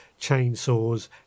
chainsaws